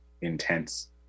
intense